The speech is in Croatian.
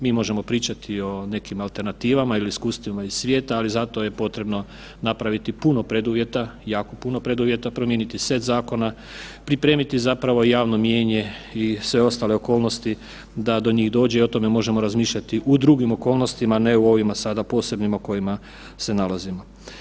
Mi možemo pričati o nekim alternativama ili iskustvima iz svijeta ali za to je potrebno napraviti puno preduvjeta, jako puno preduvjeta, promijeniti set zakona, pripremiti zapravo javno mijenje i sve ostale okolnosti da do njih dođe i o tome možemo razmišljati u drugim okolnosti, a ne u ovima sada posebnim u kojima se nalazimo.